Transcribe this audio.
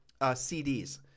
cds